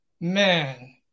Man